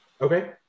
okay